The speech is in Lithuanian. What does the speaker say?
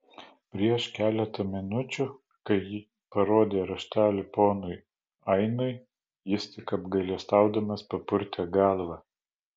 prieš keletą minučių kai parodė raštelį ponui ainui jis tik apgailestaudamas papurtė galvą